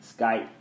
Skype